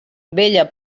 bella